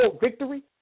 victory